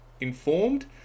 informed